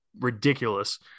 ridiculous